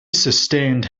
sustained